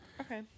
Okay